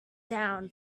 down